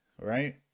Right